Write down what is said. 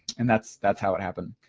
and that's that's how it happened.